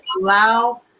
allow